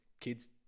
kid's